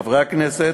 חברי הכנסת,